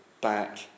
back